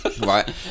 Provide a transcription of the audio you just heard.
right